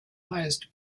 highest